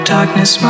darkness